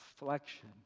reflection